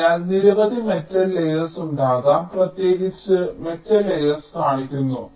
അതിനാൽ നിരവധി metal layers ഉണ്ടാകാം ഞാൻ പ്രത്യേകിച്ച് മെറ്റൽ ലേയേർസ് കാണിക്കുന്നു